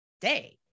day